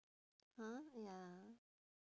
!huh! ya